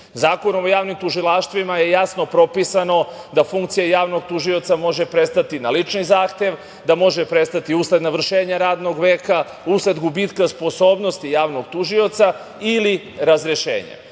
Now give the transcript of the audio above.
Zakonom o javnim tužilaštvima je jasno propisano da funkcija javnog tužioca može prestati na lični zahtev, da može prestati usled navršenja radnog veka, usled gubitka sposobnosti javnog tužioca ili razrešenje. Takođe,